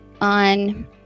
on